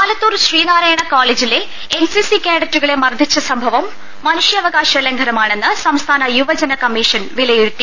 ആലത്തൂർ ശ്രീനാരായണ കോളജിലെ NCC cadet കളെ മർദ്ദിച്ച സംഭവം മനുഷ്യാവകാശ ലംഘനമാണെന്ന് സംസ്ഥാന ്യുവജന കമ്മീഷൻ വിലയിരുത്തി